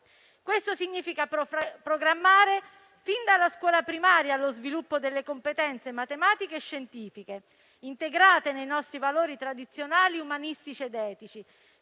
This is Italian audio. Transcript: Questo significa programmare, fin dalla scuola primaria, lo sviluppo delle competenze matematiche e scientifiche integrate nei nostri valori tradizionali umanistici ed etici,